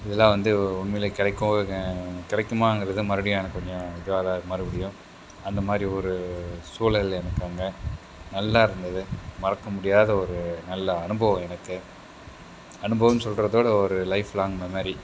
இதெல்லாம் வந்து உண்மையிலேயே கிடைக்கும் கிடைக்குமாங்கிறது மறுபடியும் எனக்கு கொஞ்சம் இதுவாக தான் இருக்கு மறுபடியும் அந்தமாதிரி ஒரு சூழல் எனக்கு அங்கே நல்லா இருந்தது மறக்க முடியாத ஒரு நல்ல அனுபவம் எனக்கு அனுபவம்னு சொல்கிறதோட ஒரு லைஃப் லாங் மெமரி